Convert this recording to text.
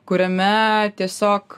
kuriame tiesiog